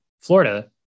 Florida